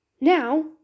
Now